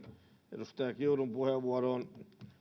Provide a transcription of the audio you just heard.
edustaja kiurun puheenvuoroon